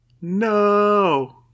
No